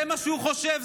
זה מה שהוא חושב,